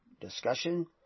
discussion